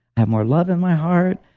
have more love in my heart.